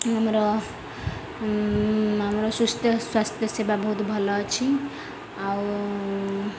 ଆମର ଆମର ସୁସ୍ଥ ସ୍ୱାସ୍ଥ୍ୟ ସେବା ବହୁତ ଭଲ ଅଛି ଆଉ